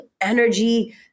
energy